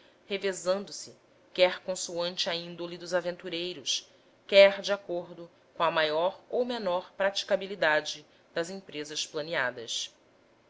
únicos revezando se quer consoante a índole dos aventureiros quer de acordo com a maior ou menor praticabilidade das empresas planeadas